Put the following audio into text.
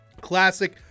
classic